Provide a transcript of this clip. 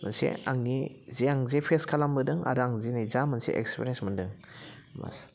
मोनसे आंनि जे आं जे फेस खालामबोदों आरो आं दिनै जा मोनसे एक्सपिरियेन्स मोन्दों बास